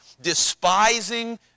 despising